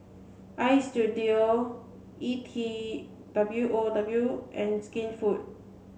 Istudio E T W O W and Skinfood